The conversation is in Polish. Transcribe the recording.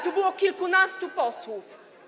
Tu było kilkunastu posłów.